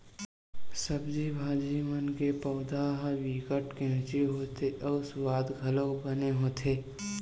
सब्जी भाजी मन के पउधा ह बिकट केवची होथे अउ सुवाद घलोक बने होथे